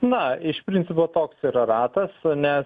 na iš principo toks yra ratas nes